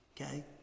okay